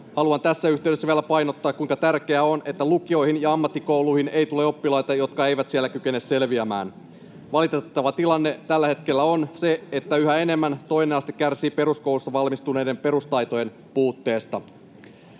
Haluan tässä yhteydessä vielä painottaa, kuinka tärkeää on, että lukioihin ja ammattikouluihin ei tule oppilaita, jotka eivät siellä kykene selviämään. Valitettava tilanne tällä hetkellä on se, että toinen aste yhä enemmän kärsii peruskoulusta valmistuneiden perustaitojen puutteesta.